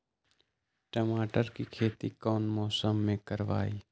टमाटर की खेती कौन मौसम में करवाई?